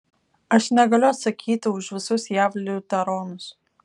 aš negaliu atsakyti už visus jav liuteronus